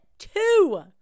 two